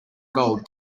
gold